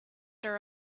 her